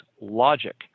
logic